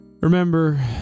Remember